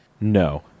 no